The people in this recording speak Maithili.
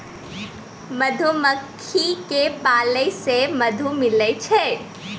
मधुमक्खी क पालै से मधु मिलै छै